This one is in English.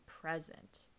present